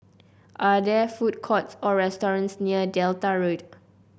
are there food courts or restaurants near Delta Road